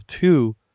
two